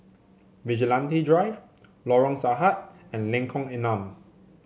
Vigilante Drive Lorong Sahad and Lengkong Enam